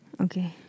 Okay